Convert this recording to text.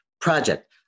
project